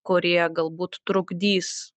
kurie galbūt trukdys